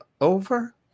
over